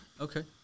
okay